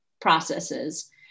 processes